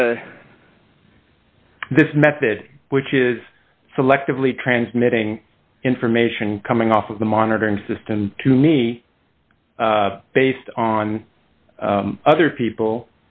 method which is selectively transmitting information coming off of the monitoring system to me based on other people